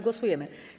Głosujemy.